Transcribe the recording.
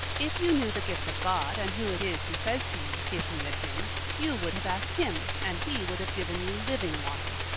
if you knew the gift of god, and who it is who says to you, give me a drink you would have asked him, and he would have given you living water.